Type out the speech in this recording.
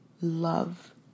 love